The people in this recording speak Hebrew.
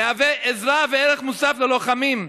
שמהווה עזרה וערך מוסף ללוחמים.